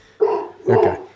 okay